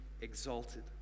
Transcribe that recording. exalted